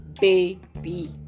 baby